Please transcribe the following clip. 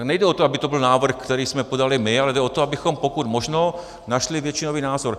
Tady nejde o to, aby to byl návrh, který jsme podali my, ale jde o to, abychom pokud možno našli většinový názor.